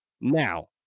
Now